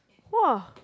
!wow!